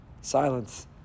Silence